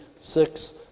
six